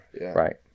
right